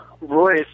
Royce